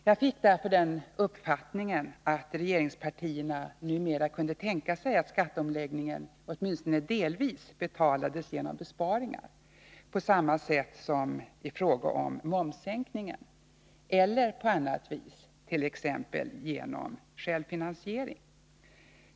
Jag fick därför den uppfattningen att regeringspartierna numera kunde tänka sig att skatteomläggningen åtminstone delvis betalades genom besparingar, på samma sätt som i fråga om momssänkningen, eller på annat vis, t.ex. genom självfinansiering.